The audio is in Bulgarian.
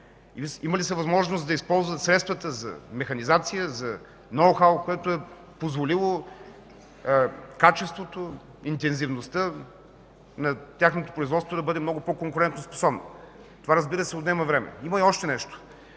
Имали са възможност да използват средствата за механизация, за ноу-хау, което е позволило качеството, интензивността на тяхното производство да бъде много по-конкурентоспособно. Това, разбира се, отнема време. Има и още нещо.